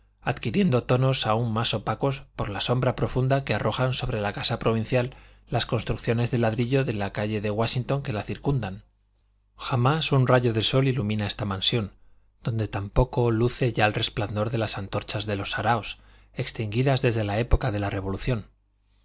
adquiriendo tonos aun más opacos por la sombra profunda que arrojan sobre la casa provincial las construcciones de ladrillo de la calle de wáshington que la circundan jamás un rayo de sol ilumina esta mansión donde tampoco luce ya el resplandor de las antorchas de los saraos extinguidas desde la época de la revolución